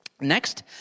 Next